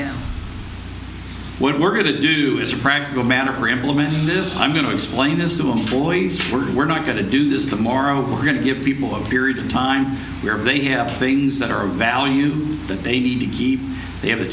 what we're going to do as a practical manner for implementing this i'm going to explain this to employees we're not going to do this tomorrow we're going to give people a period of time where they have things that are of value that they need to keep they have a